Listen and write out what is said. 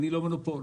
אני לא מונופול.